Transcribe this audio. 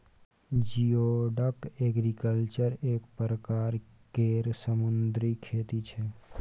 geoduck aquaculture एक परकार केर समुन्दरी खेती छै